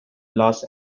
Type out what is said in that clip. los